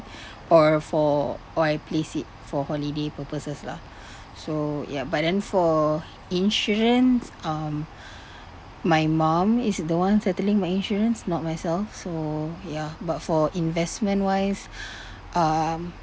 or for or I'll place it for holiday purposes lah so ya but then for insurance um my mum is the one settling my insurance not myself so ya but for investment wise um